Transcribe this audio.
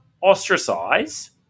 ostracize